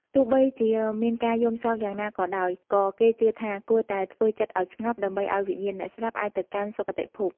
ទោះបីជាមានការយំសោកយ៉ាងណាក៏ដោយ ក៏គេជឿថា គួរតែធ្វើចិត្តឱ្យស្ងប់ ដើម្បីឱ្យវិញ្ញាណអ្នកស្លាប់អាចទៅកាន់សុគតិភព។